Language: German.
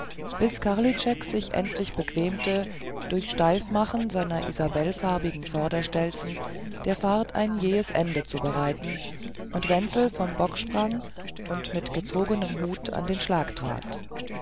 bis karlitschek sich endlich bequemte durch steifmachen seiner isabellfarbigen vorderstelzen der fahrt ein jähes ende zu bereiten und wenzel vom bock sprang und mit gezogenem hut an den schlag trat